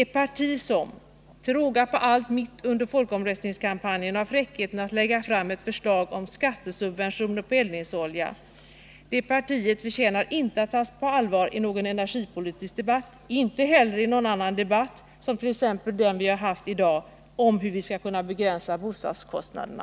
Ett parti som — till råga på allt mitt under folkomröstningskampanjen — har fräckheten att lägga fram ett förslag om skattesubventioner på eldningsolja. det partiet förtjänar inte att tas på allvar i någon energipolitisk debatt. och inte heller i någon annan debatt, t.ex. den vi haft här i dag om hur vi skall kunna begränsa bostadskostnaderna.